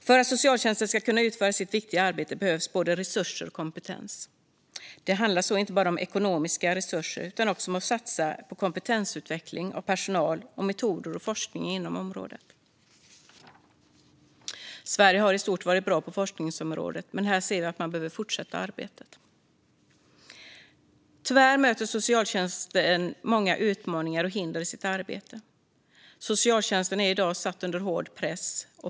För att socialtjänsten ska kunna utföra sitt viktiga arbete behövs både resurser och kompetens. Det handlar då inte bara om ekonomiska resurser utan också om att satsa på kompetensutveckling av personal och metoder och forskning inom området. Sverige har i stort varit bra på forskningsområdet, men här ser vi att man behöver fortsätta arbetet. Tyvärr möter socialtjänsten många utmaningar och hinder i sitt arbete. Socialtjänsten är i dag satt under hård press.